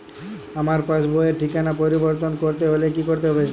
আমার পাসবই র ঠিকানা পরিবর্তন করতে হলে কী করতে হবে?